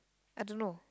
I don't know